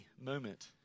moment